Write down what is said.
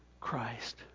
Christ